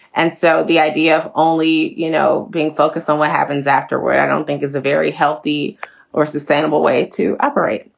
and so the idea of only, you know, being focused on what happens afterwards, i don't think is a very healthy or sustainable way to operate.